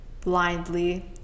blindly